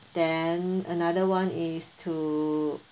then another one is to